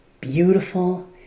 beautiful